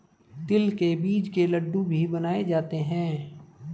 तिल के बीज के लड्डू भी बनाए जाते हैं